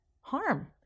harm